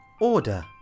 Order